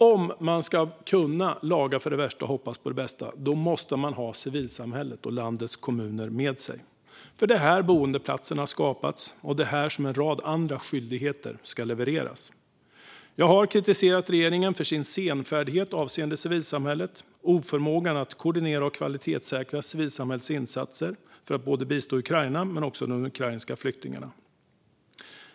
Om man ska kunna laga för det värsta och hoppas på det bästa måste man ha civilsamhället och landets kommuner med sig. Det är här boendeplatser skapats, och det är här som en rad andra skyldigheter ska levereras. Jag har kritiserat regeringen för dess senfärdighet avseende civilsamhället och oförmågan att koordinera och kvalitetssäkra civilsamhällets insatser för att bistå både Ukraina och de ukrainska flyktingarna.